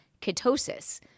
ketosis